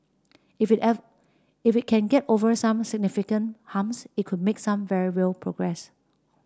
if if it can get over some significant humps it could make some very real progress